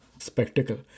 spectacle